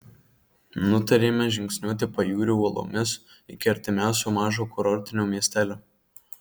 nutarėme žingsniuoti pajūriu uolomis iki artimiausio mažo kurortinio miestelio